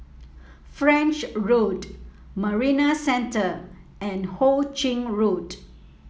French Road Marina Centre and Ho Ching Road